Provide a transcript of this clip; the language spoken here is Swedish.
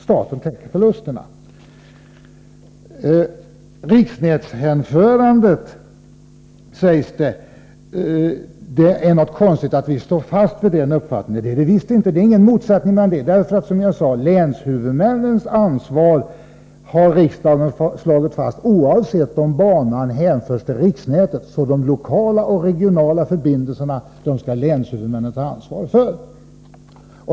Staten täcker förlusterna. I fråga om hänförandet till riksnätet framställs det som om det skulle vara något konstigt att vi står fast vid vår uppfattning. Det är det visst inte. Det finns ingen motsättning här. Länshuvudmännens ansvar har riksdagen, som jag sade, slagit fast oavsett om banan hänförs till riksnätet eller ej, så de lokala och regionala förbindelserna skall länshuvudmännen ta ansvar för.